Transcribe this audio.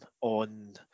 on